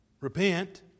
Repent